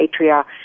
Atria